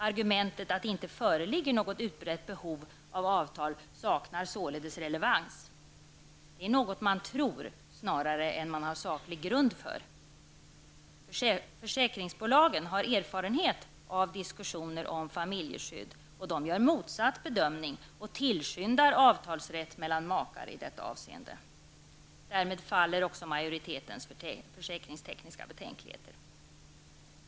Argumentet att det inte föreligger något utbrett behov av avtal saknar således relevans. Det är något man tror snarare än har saklig grund för. Försäkringsbolagen, som har erfarenhet av diskussioner om familjeskydd, gör motsatt bedömning och tillskyndar avtalsrätt mellan makar i detta avseende. Därmed faller också majoritetens försäkringstekniska betänkligheter.